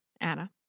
Anna